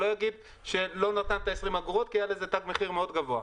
שלא יגיד שלא --- אגורות כי היה לזה תג מחיר מאוד גבוה.